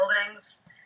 buildings